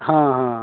ହଁ ହଁ